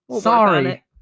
Sorry